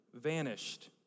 vanished